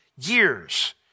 years